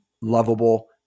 lovable